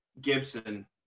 Gibson